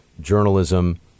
journalism